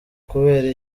kubera